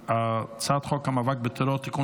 על הצעת חוק המאבק בטרור (תיקון,